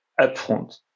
upfront